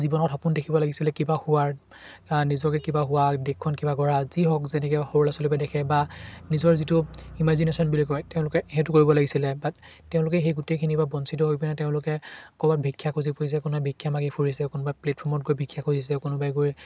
জীৱনত সপোন দেখিব লাগিছিলে কিবা হোৱাৰ নিজকে কিবা হোৱা দেশখন কিবা কৰা যি হওক যেনেকৈ সৰু ল'ৰা ছোৱালীবোৰে দেখে বা নিজৰ যিটো ইমাজিনেশ্যন বুলি কয় তেওঁলোকে সেইটো কৰিব লাগিছিলে বা তেওঁলোকে সেই গোটেইখিনিৰপৰা বঞ্চিত হৈ পিনে তেওঁলোকে ক'ৰবাত ভিক্ষা খুজি ফুৰিছে কোনোবাই ভিক্ষা মাগি ফুৰিছে কোনোবাই প্লেটফৰ্মত গৈ ভিক্ষা খুজিছে কোনোবাই গৈ